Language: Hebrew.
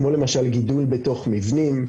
כמו למשל גידול בתוך מבנים,